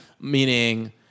Meaning